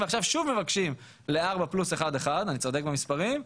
ועכשיו שוב מבקשים להאריך לארבע פלוס אחד-אחד אני צודק במספרים?